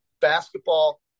basketball